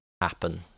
happen